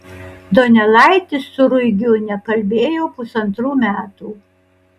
donelaitis su ruigiu nekalbėjo pusantrų metų